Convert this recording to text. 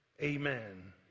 Amen